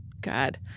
God